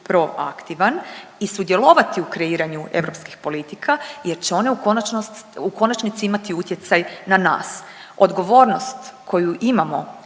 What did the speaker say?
proaktivan i sudjelovati u kreiranju europskih politika jer će one u konačnici imati utjecaj na nas. Odgovornost koju imamo